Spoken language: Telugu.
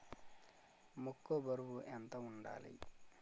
మొక్కొ బరువు ఎంత వుండాలి?